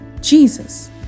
Jesus